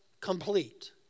complete